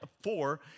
four